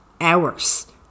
hours